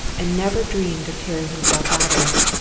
and never dreamed of tearing himself out of it.